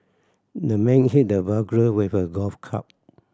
the man hit the burglar with a golf club